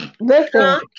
Listen